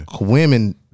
women